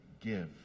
give